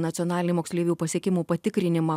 nacionalinį moksleivių pasiekimų patikrinimą